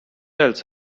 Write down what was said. else